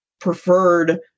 preferred